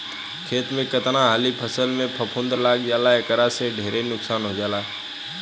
खेत में कतना हाली फसल में फफूंद लाग जाला एकरा से ढेरे नुकसान हो जाला